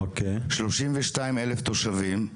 שלושים ושתיים אלף תושבים.